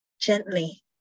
gently